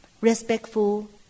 respectful